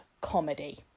comedy